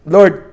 Lord